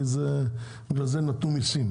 כי בגלל זה נתנו מיסים,